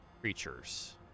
creatures